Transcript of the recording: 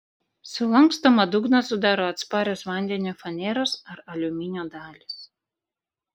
sulankstomą dugną sudaro atsparios vandeniui faneros ar aliuminio dalys